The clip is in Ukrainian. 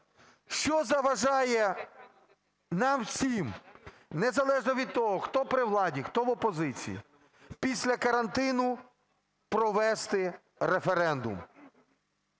Що заважає нам всім незалежно від того, хто при владі, хто в опозиції, після карантину провести референдум?